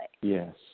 Yes